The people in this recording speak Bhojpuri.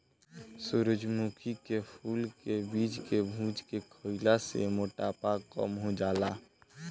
सूरजमुखी के फूल के बीज के भुज के खईला से मोटापा कम हो जाला